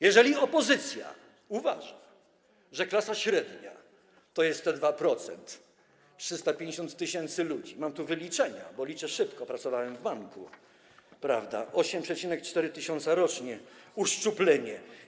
Jeżeli opozycja uważa, że klasa średnia to jest te 2%, 350 tys. ludzi, to mam tu wyliczenia, bo liczę szybko, pracowałem w banku, że 8,4 tys. rocznie wynosi uszczuplenie.